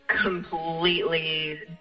completely